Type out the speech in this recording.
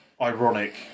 ironic